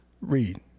read